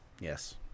Yes